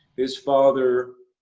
his father.